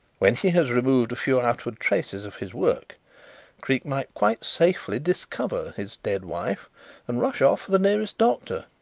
when he has removed a few outward traces of his work creake might quite safely discover his dead wife and rush off for the nearest doctor.